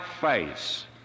face